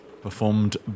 performed